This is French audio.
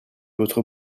votre